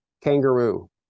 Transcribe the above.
kangaroo